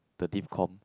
the